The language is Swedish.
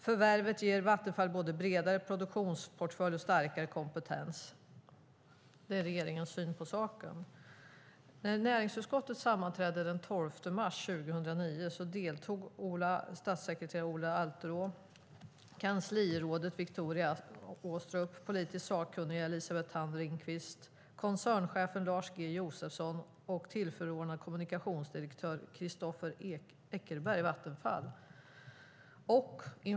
Förvärvet ger Vattenfall både en bredare produktionsportfölj och starkare kompetens." Det är regeringens syn på saken. När näringsutskottet sammanträdde den 12 mars 2009 deltog statssekreterare Ola Alterå, kanslirådet Viktoria Aastrup, politiskt sakkunniga Elisabeth Thand Ringqvist, koncernchefen Lars G Josefsson och tillförordnade kommunikationsdirektören Christopher Eckerberg från Vattenfall.